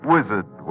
Wizard